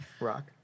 Rock